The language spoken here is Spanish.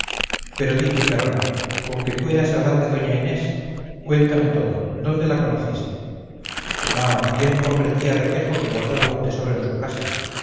pero di picarón conque tú eras galán de d a inés cuéntame todo dónde la conociste ah bien comprendía requejo que guardaba un tesoro en su casa